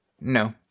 No